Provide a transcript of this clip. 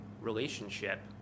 relationship